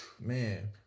man